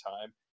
time